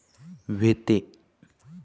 व्हते